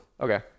Okay